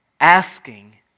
Asking